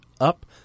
up